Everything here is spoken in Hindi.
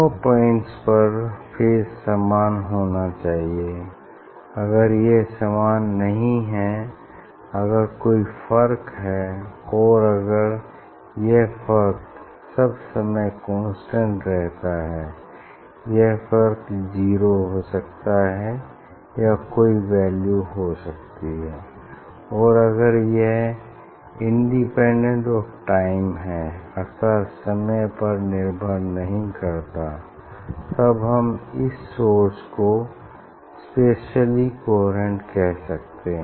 दोनों पॉइंट्स पर फेज समान होना चाहिए अगर यह समान नहीं है अगर कोई फर्क है और अगर यह फर्क सब समय कांस्टेंट रहता है यह फर्क जीरो हो सकता है या कोई वैल्यू हो सकती है और अगर यह इंडिपेंडेंट ऑफ़ टाइम है अर्थात समय पर निर्भर नहीं करता तब हम इस सोर्स को स्पेसिअली कोहेरेंट कह सकते हैं